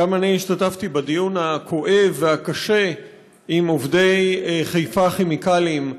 גם אני השתתפתי בדיון הכואב והקשה עם עובדי "חיפה כימיקלים",